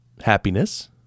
happiness